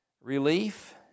relief